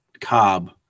Cobb